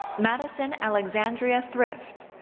madison alexzandria thrift.